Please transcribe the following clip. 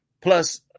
Plus